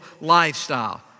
lifestyle